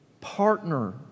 Partner